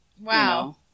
Wow